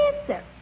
answer